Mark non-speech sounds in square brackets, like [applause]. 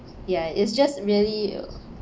ya it's just really [noise]